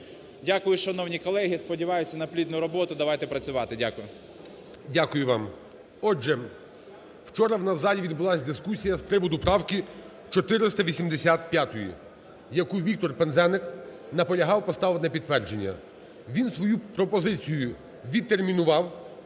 Дякую, шановні колеги. Сподіваюся на плідну роботу, давайте працювати. Дякую. ГОЛОВУЮЧИЙ. Дякую вам. Отже, вчора у нас в залі відбулася дискусія з приводу правки 485, яку Віктор Пинзеник наполягав поставити на підтвердження. Він свою пропозиціювідтермінував